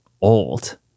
old